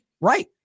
right